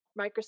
Microsoft